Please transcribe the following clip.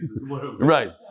Right